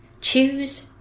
choose